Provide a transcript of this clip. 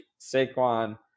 Saquon